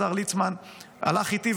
השר ליצמן הלך איתי,